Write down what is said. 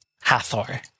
Hathor